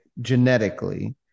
Genetically